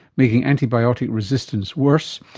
making antibiotic resistance worse,